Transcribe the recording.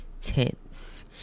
tense